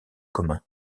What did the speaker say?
commun